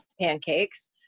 pancakes